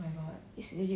it's quite funny